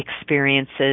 experiences